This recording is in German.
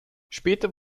später